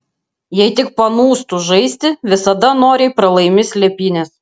jei tik panūstu žaisti visada noriai pralaimi slėpynes